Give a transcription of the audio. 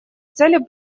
цели